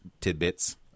tidbits